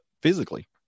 physically